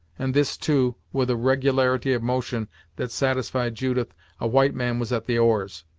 and this, too, with a regularity of motion that satisfied judith a white man was at the oars.